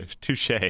Touche